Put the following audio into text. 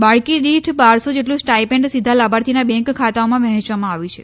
બાળકી દીઠ બારસો જેટલું સ્ટાઇપેન્ડ સીધા લાભાર્થીના બેંક ખાતાઓમાં વહેંચવામાં આવ્યું છે